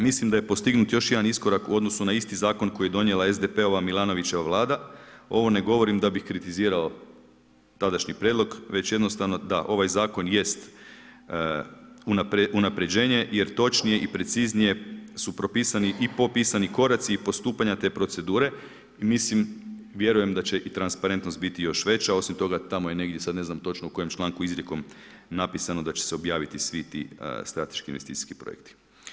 Mislim da je postignut još jedan iskorak u odnosu na isti zakon koji je donijela SDP-ova Milanovićeva Vlada, ovo ne govorim da bih kritizirao tadašnji prijedlog već jednostavno da ovaj zakon jest unaprjeđenje jer točnije i preciznije su propisani i popisani koraci i postupanja te procedure i mislim i vjerujem da će i transparentnost biti još veća, osim toga tamo je negdje, sad ne znam točno u kojem članku izrijekom napisano da će se objaviti svi ti strateški investicijski projekti.